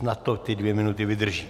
Snad to ty dvě minuty vydrží.